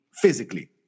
physically